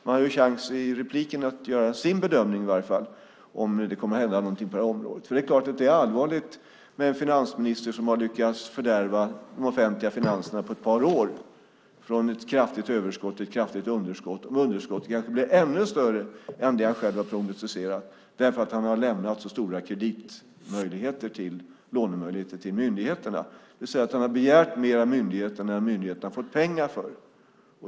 Han kan i nästa inlägg i alla fall göra sin bedömning om det kommer att hända någonting på detta område. Det är klart att det är allvarligt med en finansminister som har lyckats fördärva de offentliga finanserna på ett par år, från ett kraftigt överskott till ett kraftigt underskott, och om underskottet kanske blir ännu större än det som han själv har prognostiserat därför att han har lämnat så stora lånemöjligheter till myndigheterna. Han har alltså begärt mer av myndigheterna än vad myndigheterna har fått pengar för.